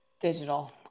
digital